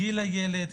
גיל הילד,